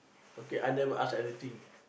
okay I never ask anything